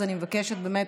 אז אני מבקשת באמת,